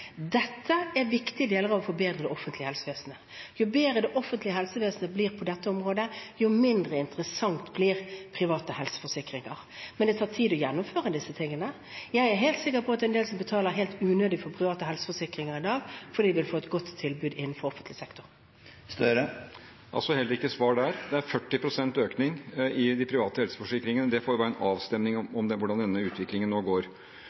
Dette er viktige deler av det å forbedre det offentlige helsevesenet. Jo bedre det offentlige helsevesenet blir på dette området, jo mindre interessante blir private helseforsikringer. Men det tar tid å gjennomføre disse tingene. Jeg er helt sikker på at det er en del som betaler helt unødig for private helseforsikringer i dag, for de vil få et godt tilbud innenfor offentlig sektor. Altså heller ikke svar der. Det er 40 pst. økning i de private helseforsikringene – det får være en avstemning om hvordan denne utviklingen nå går.